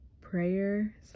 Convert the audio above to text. prayer